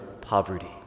poverty